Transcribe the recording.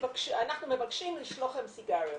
אנחנו מבקשים לשלוח לכם סיגריות.